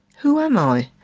who am i?